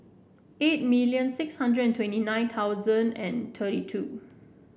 eight million six hundred and twenty nine thousand and thirty two